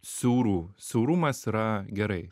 siaurų siaurumas yra gerai